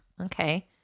okay